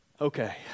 Okay